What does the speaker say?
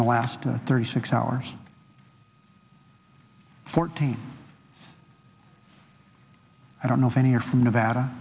in the last thirty six hours fourteen i don't know if any are from nevada